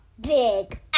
big